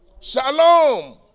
Shalom